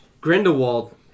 Grindelwald